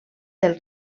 del